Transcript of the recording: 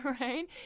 right